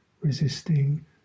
resisting